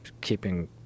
keeping